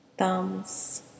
Thumbs